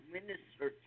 Minister